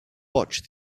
watch